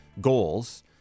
goals